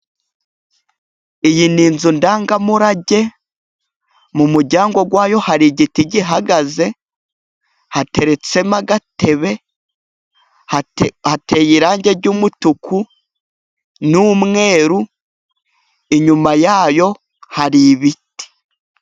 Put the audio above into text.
Iyi ni inzu ndangamurage, mu muryango wayo hari igiti gihagaze, hateretsemo agatebe, hate hateye irangi ry'umutuku, n'umweru, inyuma yayo hari ibiti.